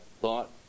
thought